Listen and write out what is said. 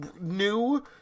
new